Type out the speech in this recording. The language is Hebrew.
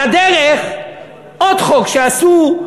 על הדרך עוד חוק שעשו,